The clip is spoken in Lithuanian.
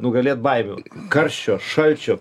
nugalėt baimių karščio šalčio